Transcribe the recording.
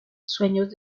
sueños